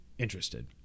Interested